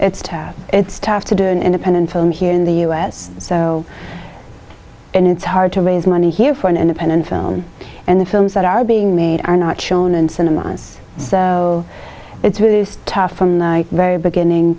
it's tough it's tough to do an independent film here in the u s so it's hard to raise money here for an independent film and the films that are being made are not shown in cinemas so it's really tough from the very beginning